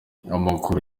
amaguru